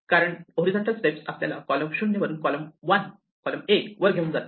कारण horizontal step आपल्याला column 0 वरून कॉलम 1 वर घेऊन जाते